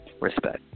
respect